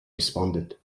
responded